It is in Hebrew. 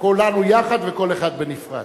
כולנו יחד וכל אחד בנפרד.